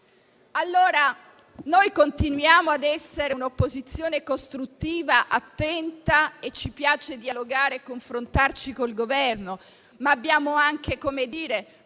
soluzione. Noi continuiamo ad essere un'opposizione costruttiva e attenta; ci piace dialogare e confrontarci con il Governo, ma abbiamo messo in